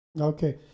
Okay